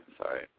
sorry